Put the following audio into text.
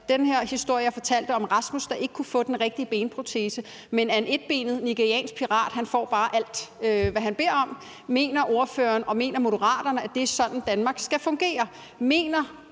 til den historie, jeg også fortalte før om Rasmus, der ikke kunne få den rigtige benprotese, men at en etbenet nigeriansk pirat bare får alt, hvad han beder om. Mener ordføreren, og mener Moderaterne, at det er sådan, Danmark skal fungere? Mener